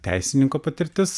teisininko patirtis